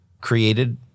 created